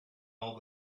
all